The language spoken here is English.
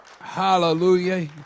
Hallelujah